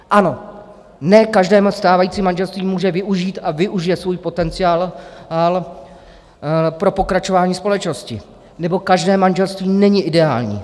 Ano, ne každé stávající manželství může využít a využije svůj potenciál pro pokračování společnosti, neboť každé manželství není ideální.